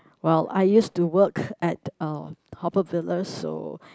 well I used to work at uh Haw-Par-Villa so